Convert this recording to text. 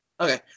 Okay